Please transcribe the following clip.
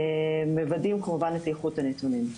ומוודאים כמובן את איכות הנתונים.